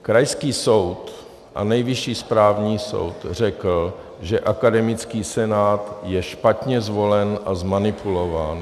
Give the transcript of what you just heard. Krajský soud a Nejvyšší správní soud řekl, že akademický senát je špatně zvolen a zmanipulován.